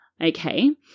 Okay